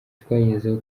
twagezeho